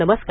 नमस्कार